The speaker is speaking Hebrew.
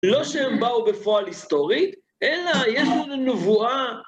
לא שהם באו בפועל היסטורי, אלא יש לנו נבואה.